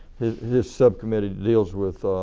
his subcommittee deals with